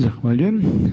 Zahvaljujem.